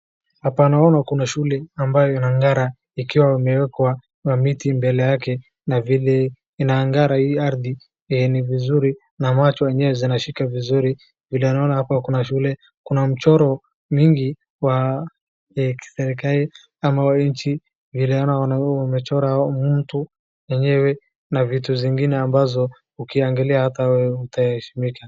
Apa naona kuna shule ambayo imengara, ikiwa himewekwa mamiti mbele yake, na vile inangara hii arthi ni vizuri na macho. Sinashika vizuri vile naona hapa kuna shule, kuna mchoro mingi wa kiserekali ama wa nchi. Vile naona wamechora mtu enyewe na vitu zingine, ambazo ukiangalia ata wewe utaheshimika.